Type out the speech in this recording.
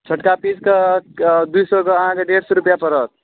छोटका पीसके दुइ सएके अहाँके डेढ़ सए रुपैआ पड़त